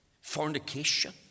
Fornication